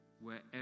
wherever